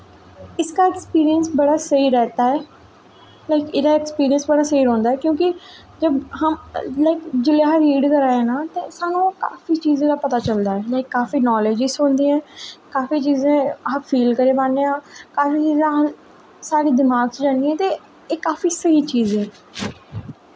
इसका ऐक्सपिरिंस बड़ा स्हेई रैह्ता है लाईक एह्दा ऐक्सपिरिंस बड़ा स्हेई रौंह्दा क्योंकि जब हम लाईक जिसलै अस रीड करा दे ना ते सानूं काफी चीज़ें दा पता चलदा ऐ लाईक काफी नालेज़ होंदी ऐ काफी चीजां अस फील करी पान्ने आं काफी चीज़ां साढ़े दमाक च रैंह्दियां ते एह् काफी स्हेई चीज़ ऐ